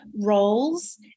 roles